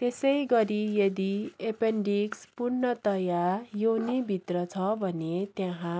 त्यसै गरी यदि एपेन्डिक्स पूर्णतया योनीभित्र छ भने त्यहाँ